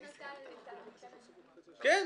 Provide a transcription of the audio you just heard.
--- נכון.